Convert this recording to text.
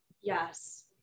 Yes